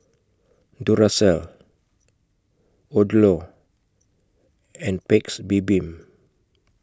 Duracell Odlo and Paik's Bibim